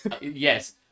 Yes